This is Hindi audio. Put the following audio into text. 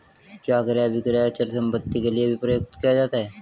क्या क्रय अभिक्रय अचल संपत्ति के लिये भी प्रयुक्त किया जाता है?